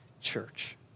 church